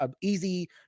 easy